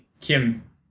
Kim